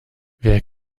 wer